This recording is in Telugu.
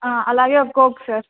అలాగే ఒక కోక్ సార్